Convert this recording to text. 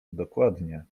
dokładnie